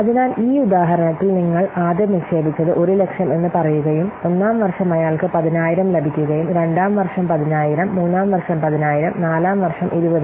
അതിനാൽ ഈ ഉദാഹരണത്തിൽ നിങ്ങൾ ആദ്യം നിക്ഷേപിച്ചത് 100000 എന്ന് പറയുകയും ഒന്നാം വർഷം അയാൾക്ക് 10000 ലഭിക്കുകയും രണ്ടാം വർഷം 10000 മൂന്നാം വർഷം 10000 നാലാം വർഷം 20000